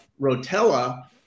Rotella